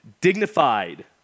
dignified